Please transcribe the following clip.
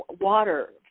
water